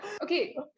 Okay